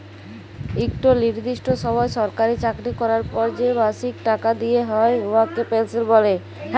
ইকট লিরদিষ্ট সময় সরকারি চাকরি ক্যরার পর যে মাসিক টাকা দিয়া হ্যয় উয়াকে পেলসল্ ব্যলে